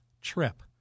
trip